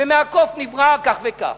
ומהקוף נברא כך וכך.